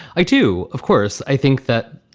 i do, of course. i think that,